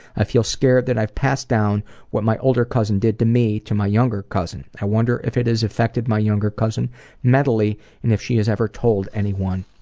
i feel scared that i've passed down what my older cousin did to me, to my younger cousin. i wonder if it has affected my younger cousin mentally and if she has ever told anyone.